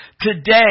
Today